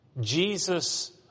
Jesus